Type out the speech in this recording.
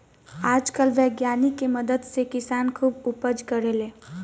आजकल वैज्ञानिक के मदद से किसान खुब उपज करेले